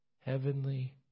heavenly